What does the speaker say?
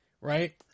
right